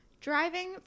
driving